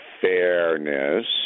fairness